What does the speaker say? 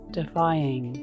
defying